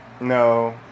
no